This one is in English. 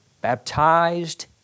baptized